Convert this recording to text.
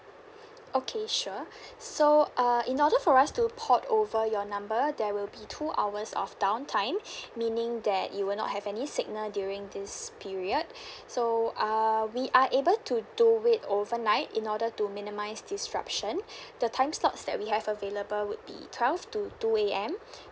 okay sure so uh in order for us to port over your number there will be two hours of down time meaning that you will not have any signal during this period so uh we are able to do it overnight in order to minimise disruption the time slots that we have available would be twelve to two A_M